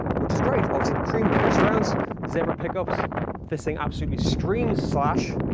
which is great! obviously cream pickup surrounds zebra pickups this thing absolutely screams slash!